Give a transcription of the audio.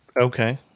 Okay